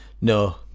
no